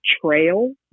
trail